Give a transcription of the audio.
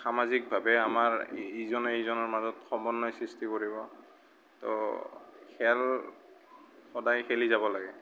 সামাজিকভাৱে আমাৰ ইজনে সিজনৰ মাজত সমন্বয় সৃষ্টি কৰিব ত' খেল সদায় খেলি যাব লাগে